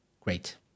Great